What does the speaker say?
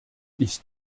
ich